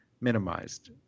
minimized